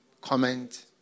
comment